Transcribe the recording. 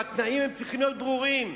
והתנאים צריכים להיות ברורים: